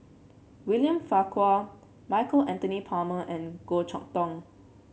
William Farquhar Michael Anthony Palmer and Goh Chok Tong